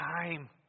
time